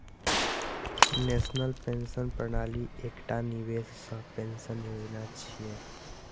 national pension प्रणाली एकटा निवेश सह पेंशन योजना छियै